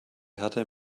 härte